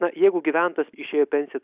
na jeigu gyventojas išėjo į pensiją